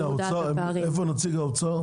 איפה נציג האוצר?